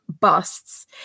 busts